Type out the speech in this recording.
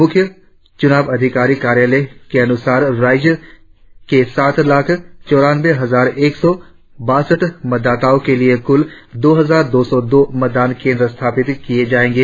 मुख्य चुनाव अधिकारी कार्यालय के अनुसार राज्य के सात लाख चौरानवे हजार एक सौ बासठ मतदाताओं के लिए कुल दो हजार दो सौ दो मतदान केंद्र स्थापित किए जाएंगे